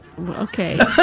Okay